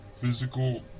Physical